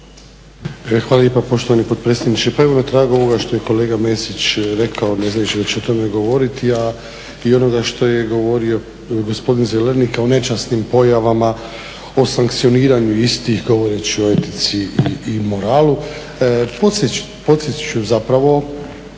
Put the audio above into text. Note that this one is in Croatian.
Hvala lijepa poštovani potpredsjedniče. Pa evo na tragu ovoga što je kolega Mesić rekao ne znajući da će o tome govoriti, a i onoga što je govorio gospodin Zelenika o nečasnim pojavama, o sankcioniranju istih govoreći o etici i moralu. Podsjetit ću zapravo